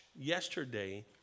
yesterday